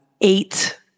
eight